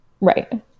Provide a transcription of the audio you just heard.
Right